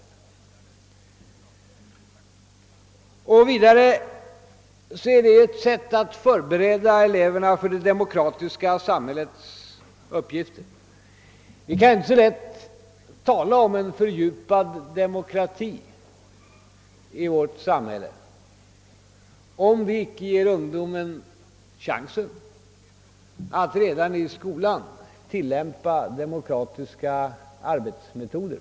Att tillvarata denna vilja till ansvar är vidare ett sätt att förbereda eleverna för deras uppgifter i det demokratiska samhället. Vi kan inte gärna tala om en fördjupad demokrati i vårt samhälle, om vi icke ger ungdomen chansen att redan i skolan tillämpa demokratiska arbetsmetoder.